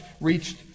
reached